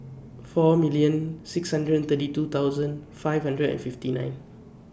four million six hundred and thirty two thousand five hundred and fifty nine